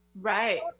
Right